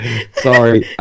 Sorry